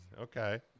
Okay